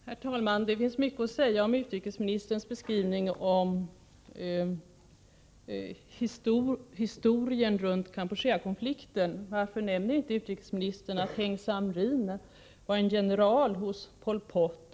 Herr talman! Det finns mycket att säga om utrikesministerns historieskrivning runt Kampucheakonflikten. Varför nämner inte utrikesministern att Heng Samrin var en general hos Pol Pot?